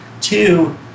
Two